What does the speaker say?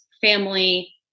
family